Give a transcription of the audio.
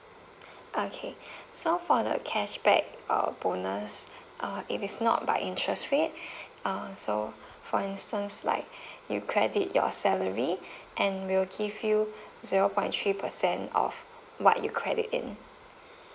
okay so for the cashback uh bonus uh it is not by interest rate uh so for instance like you credit your salary and we'll give you zero point three percent of what you credit in